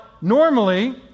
normally